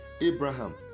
Abraham